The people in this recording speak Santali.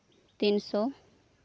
ᱛᱤᱱᱥᱳ